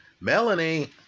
Melanie